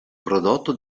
prodotto